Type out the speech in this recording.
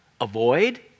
Avoid